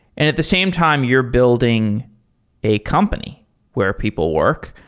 and at the same time, you're building a company where people work.